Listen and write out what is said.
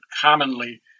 commonly